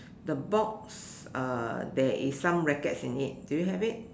the box uh there is some rackets in it do you have it